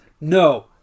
no